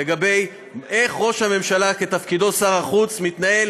לגבי איך ראש הממשלה בתפקידו כשר החוץ מתנהל